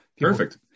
perfect